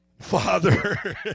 Father